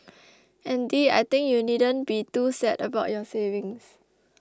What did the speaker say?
Andy I think you needn't be too sad about your savings